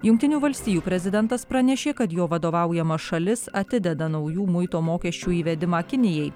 jungtinių valstijų prezidentas pranešė kad jo vadovaujama šalis atideda naujų muito mokesčių įvedimą kinijai